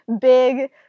big